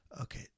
okay